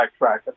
backtrack